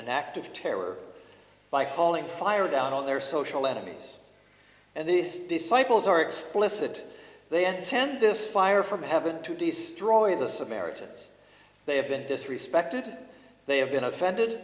an act of terror by calling fire down on their social enemies and these disciples are explicit they intend this fire from heaven to destroy the samaritans they have been disrespected they have been offended